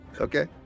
Okay